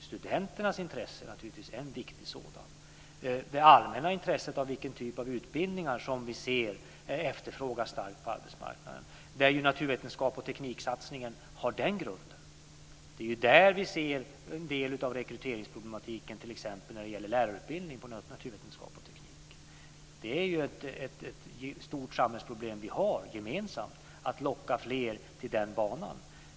Studenternas intressen är naturligtvis en viktig sådan. Sedan har vi det allmänna intresset och vilken typ av utbildningar som vi ser efterfrågas starkt på arbetsmarknaden. Naturvetenskap och tekniksatsningen har den grunden. Det är ju där vi ser en del av rekryteringsproblematiken, t.ex. när det gäller lärarutbildningen. Ett stort samhällsproblem som vi gemensamt har är just att locka fler till den banan.